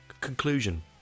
conclusion